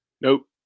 Nope